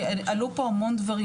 כי עלו פה המון דברים,